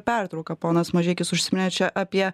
pertrauką ponas mažeikis užsiminė čia apie